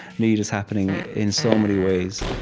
need is happening in so many ways,